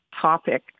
topic